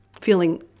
feeling